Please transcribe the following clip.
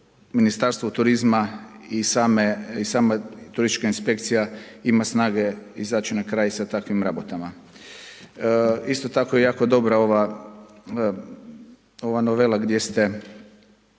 Ministarstvo turizma i sama turistička inspekcija ima snage izaći na kraj s takvim rabatima. Isto tako je jako dobra ova novela gdje ste